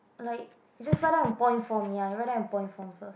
like just write down in point form ya you write down in point form first